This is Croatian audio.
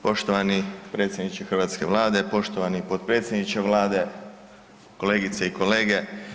Poštovani predsjedniče hrvatske Vlade, poštovani potpredsjedniče Vlade, kolegice i kolege.